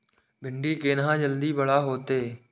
भिंडी केना जल्दी बड़ा होते?